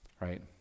right